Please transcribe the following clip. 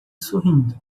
sorrindo